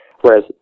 whereas